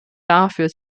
dafür